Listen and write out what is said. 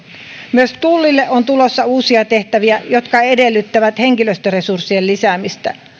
myös tullille on tulossa uusia tehtäviä jotka edellyttävät henkilöstöresurssien lisäämistä